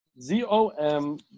Z-O-M